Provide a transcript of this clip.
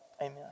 Amen